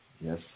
Yes